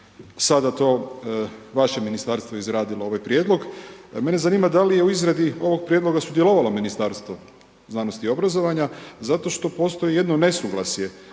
sada je to vaše ministarstvo izradilo ovaj prijedlog, mene zanima da li je u izradi ovog prijedloga sudjelovalo Ministarstvo znanosti i obrazovanja zato što postoji jedno nesuglasje